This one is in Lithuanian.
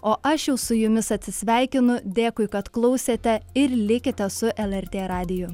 o aš jau su jumis atsisveikinu dėkui kad klausėte ir likite su lrt radiju